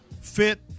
fit